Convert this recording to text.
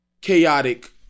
chaotic